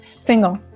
Single